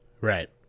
Right